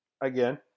again